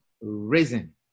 risen